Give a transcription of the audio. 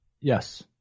Yes